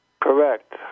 Correct